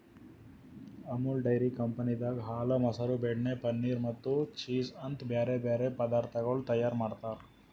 Amul dairy ಕಂಪನಿದಾಗ್ ಹಾಲ, ಮೊಸರ, ಬೆಣ್ಣೆ, ಪನೀರ್ ಮತ್ತ ಚೀಸ್ ಅಂತ್ ಬ್ಯಾರೆ ಬ್ಯಾರೆ ಪದಾರ್ಥಗೊಳ್ ತೈಯಾರ್ ಮಾಡ್ತಾರ್